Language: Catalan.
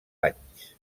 anys